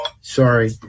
sorry